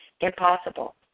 impossible